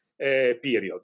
period